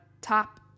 top